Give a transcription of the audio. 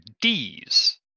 D's